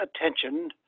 attention